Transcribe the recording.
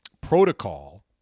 protocol